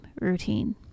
routine